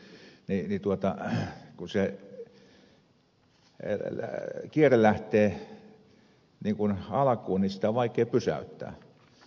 ja niin kuin tuossa on aikaisemmin puhuttu että kun se kierre lähtee alkuun niin sitä on vaikea pysäyttää